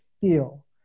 feel